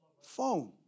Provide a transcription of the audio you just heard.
Phone